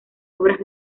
obras